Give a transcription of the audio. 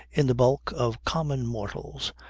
in the bulk of common mortals,